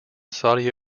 saudi